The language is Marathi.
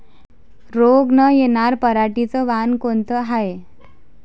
रोग न येनार पराटीचं वान कोनतं हाये?